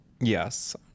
Yes